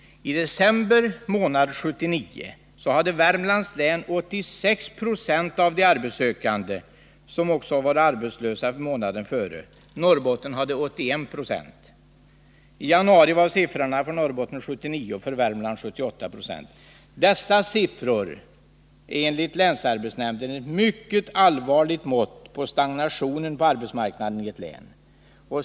I december månad 1979 var det i Värmlands län 86 26 av de arbetssökande som också var arbetslösa månaden före. I Norrbotten var det 81 96. I januari var siffrorna för Norrbotten 79 26 och för Värmland 78 26. Dessa siffror är att förbättra sysselsättningsläget i Värmlands län att förbättra sysselsättningsläget i Värmlands län enligt länsarbetsnämnden ett mycket allvarligt mått på stagnationen på arbetsmarknaden i ett län.